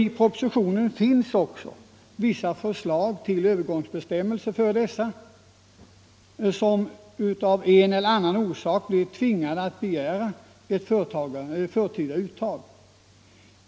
I propositionen finns också vissa förslag till övergångsbestämmelser för den som av en eller annan orsak tvingats begära ett förtida uttag.